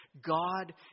God